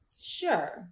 Sure